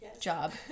job